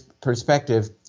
perspective